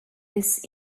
this